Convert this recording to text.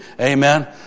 Amen